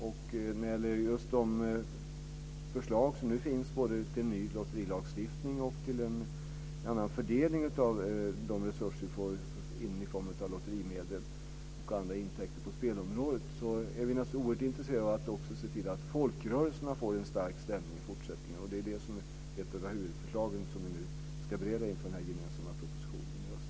När det gäller just de förslag som nu finns till både ny lotterilagstiftning och en annan fördelning av de resurser vi får in i form av lotterimedel och andra intäkter på spelområdet är vi naturligtvis oerhört intresserade av att se till att folkrörelserna får en stark ställning i fortsättningen. Det är ett av huvudförslagen som vi nu ska bereda inför den gemensamma propositionen i höst.